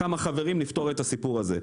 כמה חברים ונפתור את הסיפור הזה.